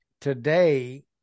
today